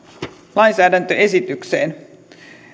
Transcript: lainsäädäntöesitykseen